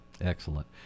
excellent